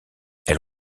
elle